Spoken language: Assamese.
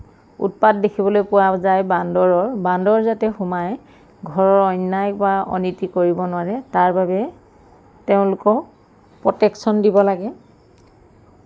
উৎপাত দেখিবলৈ পোৱা যায় বান্দৰৰ বান্দৰ যাতে সোমাই ঘৰৰ অন্যায় বা অনীতি কৰিব নোৱাৰে তাৰ বাবে তেওঁলোকক প্ৰ'টেকশ্যন দিব লাগে